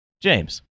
James